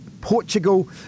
Portugal